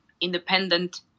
independent